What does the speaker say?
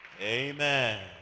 Amen